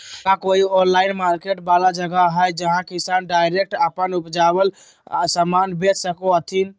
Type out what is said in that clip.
का कोई online market वाला जगह हइ जहां किसान डायरेक्ट अप्पन उपजावल समान बेच सको हथीन?